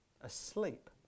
asleep